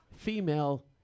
Female